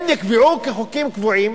הם נקבעו כחוקים קבועים,